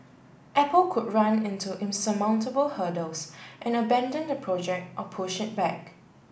apple could run into insurmountable hurdles and abandon the project or push it back